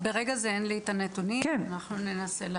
ברגע זה אין לי את הנתונים, אנחנו ננסה לתת.